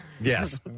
Yes